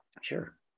Sure